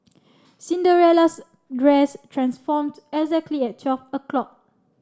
Cinderella's dress transformed exactly at twelve o'clock